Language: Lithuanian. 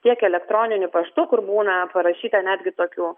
tiek elektroniniu paštu kur būna parašyta netgi tokių